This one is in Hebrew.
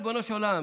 ריבונו של עולם,